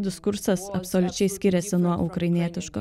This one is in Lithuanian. diskursas absoliučiai skiriasi nuo ukrainietiško